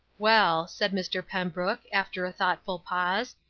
well, said mr. pembrook, after a thoughtful pause,